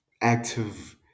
active